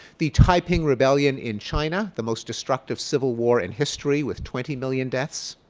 the taiping rebellion in china, the most destructive civil war in history with twenty million deaths.